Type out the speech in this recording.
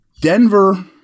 Denver